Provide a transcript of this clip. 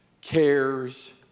cares